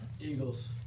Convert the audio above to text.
Eagles